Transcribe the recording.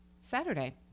Saturday